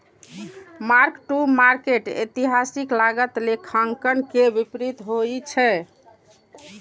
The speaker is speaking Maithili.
मार्क टू मार्केट एतिहासिक लागत लेखांकन के विपरीत होइ छै